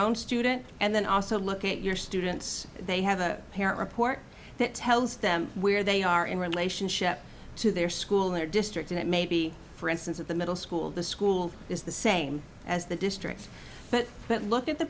own student and then also look at your students they have a parent report that tells them where they are in relationship to their school in their district and it may be for instance at the middle school the school is the same as the district but look at the